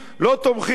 לא תומכים,